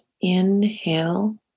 inhale